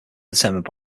determined